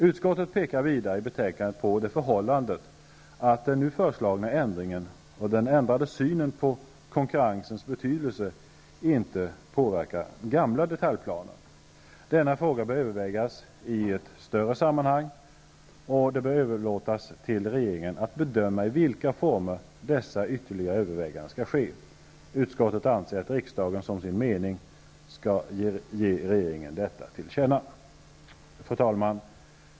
Utskottet pekar vidare i betänkandet på det förhållandet att den nu föreslagna ändringen och den ändrade synen på konkurrensens betydelse inte påverkar gamla detaljplaner. Denna fråga bör övervägas i ett större sammanhang, och det bör överlåtas till regeringen att bedöma i vilka former dessa ytterligare överväganden skall ske. Utskottet anser att riksdagen som sin mening skall ge regeringen detta till känna. Fru talman!